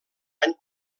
any